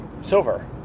silver